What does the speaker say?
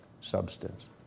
substance